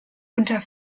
unter